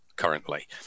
Currently